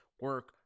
Work